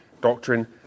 doctrine